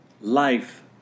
life